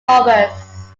rovers